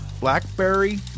Blackberry